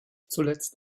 zuletzt